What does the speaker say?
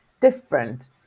different